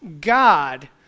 God